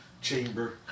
chamber